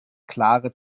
klare